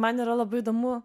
man yra labai įdomu